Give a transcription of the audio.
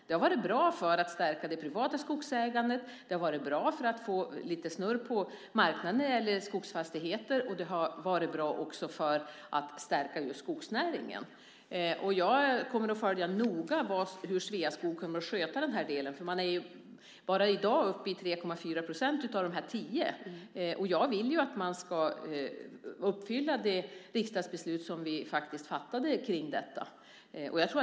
Det har stärkt det privata skogsägandet, det har fått snurr på skogsfastighetsmarknaden och det har stärkt skogsnäringen. Jag kommer att noga följa hur Sveaskog sköter denna del. Bara i dag är man uppe i 3,4 % av de tio, och jag vill att man ska uppfylla det riksdagsbeslut som vi fattade om detta.